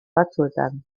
batzuetan